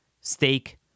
steak